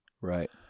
Right